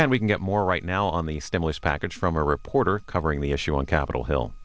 and we can get more right now on the stimulus package from a reporter covering the issue on capitol hill